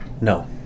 no